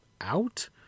out